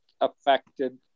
affected